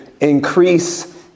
increase